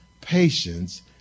patience